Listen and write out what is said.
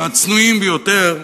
הצנועים ביותר,